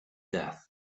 death